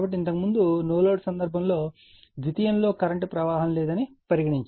కాబట్టి ఇంతకుముందు no load సందర్భంలో ద్వితీయంలో కరెంట్ ప్రవాహం లేదని పరిగణించాము